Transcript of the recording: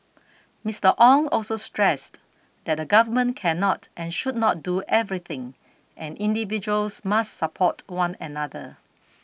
Mister Ong also stressed that the Government cannot and should not do everything and individuals must support one another